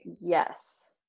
Yes